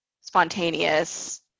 spontaneous